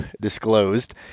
disclosed